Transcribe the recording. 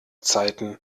zeiten